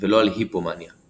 ולא על היפומאניה